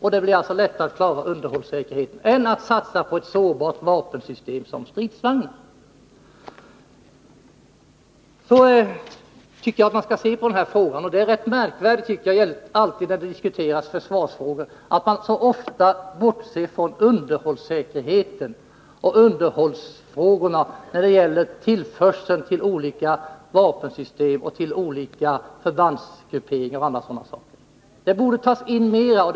Det blir alltså lättare att med ett sådant system klara underhållssäkerheten än genom att satsa på ett sårbart vapensystem som stridsvagnar. Jag tycker att man skall se på den här frågan på det sättet. Det är rätt märkligt att man när vi diskuterar försvarsfrågor så ofta bortser från underhållssäkerheten och underhållsfrågorna när det gäller tillförseln till olika vapensystem och till olika förbandsgrupperingar och andra sådana saker. Mera av detta borde tas in i debatten.